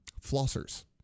flossers